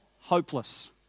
hopeless